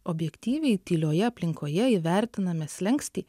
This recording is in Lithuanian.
objektyviai tylioje aplinkoje įvertiname slenkstį